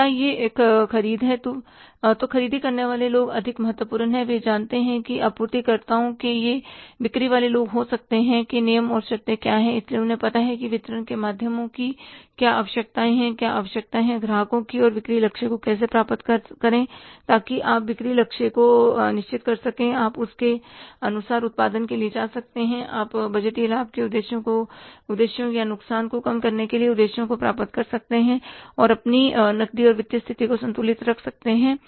तो क्या यह एक ख़रीद है तू खरीदी करने वाले लोग अधिक महत्वपूर्ण है वे जानते हैं कि आपूर्तिकर्ताओं के या यह बिक्री वाले लोग हो सकते हैं के नियम और शर्तें क्या हैं इसलिए उन्हें पता है कि वितरण के lमाध्यमों की क्या आवश्यकताएं हैं क्या आवश्यकताएं हैं ग्राहकों की और बिक्री लक्ष्य को कैसे प्राप्त करें ताकि आप बिक्री लक्ष्य को निश्चित कर सकें आप उसके अनुसार उत्पादन के लिए जा सकते हैं आप बजटीय लाभ के उद्देश्यों या नुकसान को कम करने के उद्देश्यों को प्राप्त कर सकते हैं और अपनी नकदी और वित्तीय स्थिति को संतुलित रख सकते हैं